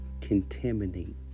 contaminate